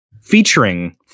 featuring